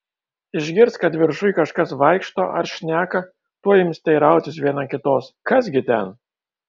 išgirs kad viršuj kažkas vaikšto ar šneka tuoj ims teirautis viena kitos kas gi ten